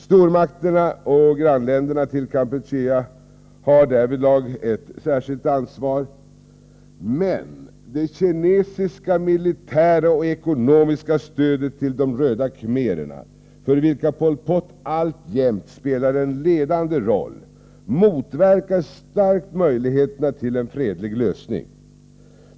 Stormakterna och grannländerna till Kampuchea har därvidlag ett särskilt ansvar. Det kinesiska militära och ekonomiska stödet till de röda khmererna — för vilka Pol Pot alltjämt spelar en ledande roll — motverkar emellertid starkt möjligheterna till en fredlig lösning.